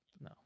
no